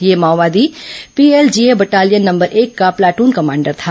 यह माओवादी PLGA battalion number एक का प्लाटून कमांडर था